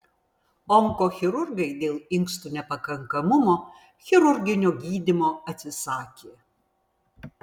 onkochirurgai dėl inkstų nepakankamumo chirurginio gydymo atsisakė